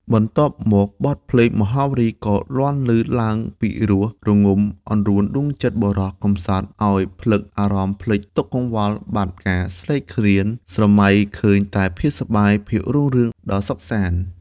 បន្ទាប់មកបទភ្លេង មហោរីក៏លាន់លឺឡើងពីរោះរងំអង្រួនដួងចិត្តបុរស កំសត់អោយភ្លឹកអារម្មណ៍ភ្លេចទុក្ខកង្វល់ បាត់ការ ស្រេកឃ្លាន ស្រមៃឃើញតែភាពសប្បាយ ភាពរុងរឿង ដ៏សុខសាន្ត ។